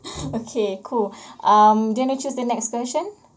okay cool um do you want to choose the next question